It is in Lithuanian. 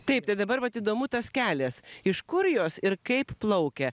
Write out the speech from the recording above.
taip dabar vat įdomu tas kelias iš kur jos ir kaip plaukia